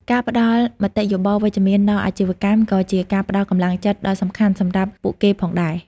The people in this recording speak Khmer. ការផ្តល់មតិយោបល់វិជ្ជមានដល់អាជីវកម្មក៏ជាការផ្តល់កម្លាំងចិត្តដ៏សំខាន់សម្រាប់ពួកគេផងដែរ។